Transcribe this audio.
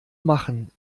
machen